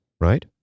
right